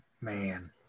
man